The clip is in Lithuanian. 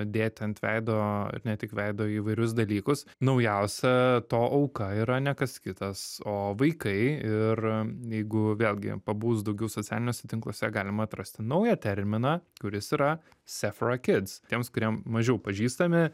dėti ant veido ir ne tik veido įvairius dalykus naujausia to auka yra ne kas kitas o vaikai ir jeigu vėlgi pabus daugiau socialiniuose tinkluose galima atrasti naują terminą kuris yra sefrakids tiems kurie mažiau pažįstami